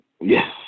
Yes